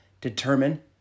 determine